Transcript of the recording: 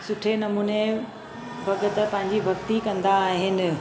सुठे नमूने भॻत पंहिंजी भक्ति कंदा आहिनि